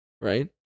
right